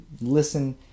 listen